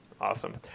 Awesome